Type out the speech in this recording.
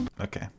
Okay